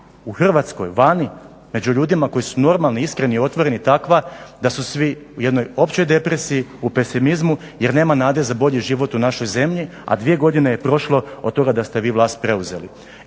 u Hrvatskoj vani, među ljudima koji su normalni, iskreni, otvoreni takva da su svi u jednoj općoj depresiji, u pesimizmu jer nema nade za bolji život u našoj zemlji a dvije godine je prošlo od toga da ste vi vlast preuzeli.